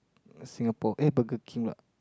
Singapore eh Burger-King pula